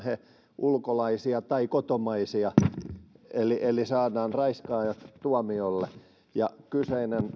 he ulkolaisia tai kotimaisia eli eli saadaan raiskaajat tuomiolle